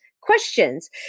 questions